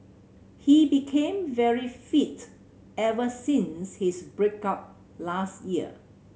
he became very fit ever since his break up last year